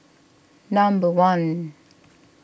number one